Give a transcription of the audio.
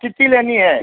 कित्ती लेनी है